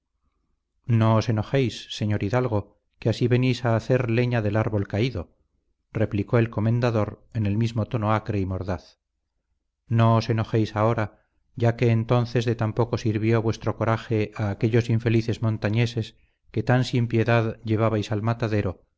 no os enojéis señor hidalgo que así venís a hacer leña del árbol caído replicó el comendador en el mismo tono acre y mordaz no os enojéis ahora ya que entonces de tan poco sirvió vuestro coraje a aquellos infelices montañeses que tan sin piedad llevabais al matadero